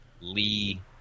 lee